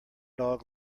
dog